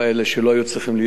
שלא היו צריכים להיות,